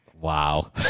Wow